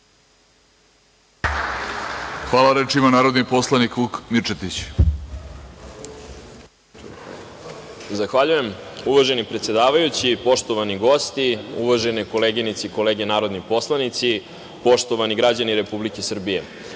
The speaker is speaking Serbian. Hvala. Reč ima narodni poslanik Vuk Mirčetić. **Vuk Mirčetić** Zahvaljujem uvaženi predsedavajući. Poštovani gosti, uvažene koleginice i kolege narodni poslanici, poštovani građani Republike Srbije,